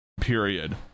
period